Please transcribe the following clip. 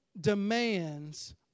demands